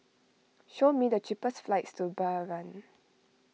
show me the cheapest flights to Bahrain